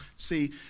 See